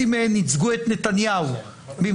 כרגע יש הסכמה דיונית לאפשר שעתיים להנמקה של התנגדויות,